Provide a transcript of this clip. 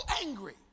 angry